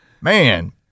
man